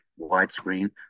widescreen